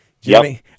Jimmy